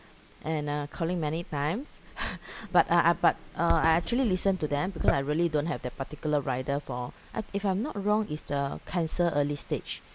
and uh calling many times but uh I but uh I actually listen to them because I really don't have that particular rider for I if I'm not wrong it's the cancer early stage